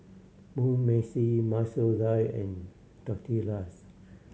Mugi Meshi Masoor Dal and Tortillas